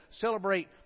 celebrate